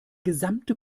gesamte